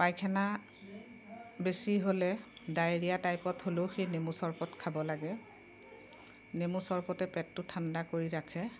পাইখানা বেছি হ'লে ডায়েৰিয়া টাইপত হ'লেও এই নেমু চৰবত খাব লাগে নেমু চৰবতে পেটটো ঠাণ্ডা কৰি ৰাখে